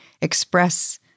express